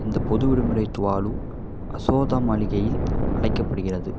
இந்த பொது விடுமுறை துவாலு அசோதா மாளிகையில் அழைக்கப்படுகிறது